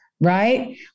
right